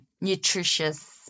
nutritious